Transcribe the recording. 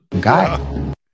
Guy